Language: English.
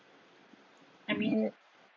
I mean